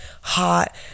hot